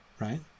Right